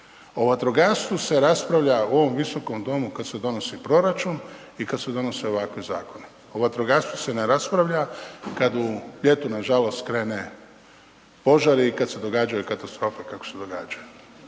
O vatrogastvu se raspravlja u ovom visokom domu kad se donosi proračun i kad se donose ovakvi zakoni, o vatrogastvu se ne raspravlja kad u ljetu nažalost krene požari i kad se događaju katastrofe kakve se događaju.